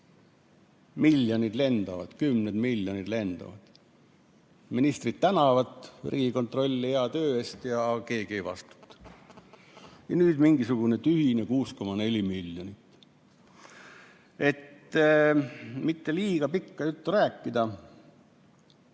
Miljonid lendavad, kümned miljonid lendavad, aga ministrid tänavad Riigikontrolli hea töö eest, ent keegi ei vastuta. Nüüd mingisugune tühine 6,4 miljonit! Et mitte liiga pikka juttu rääkida,